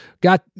got